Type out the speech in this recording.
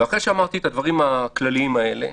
אחרי הדברים הכלליים האלה,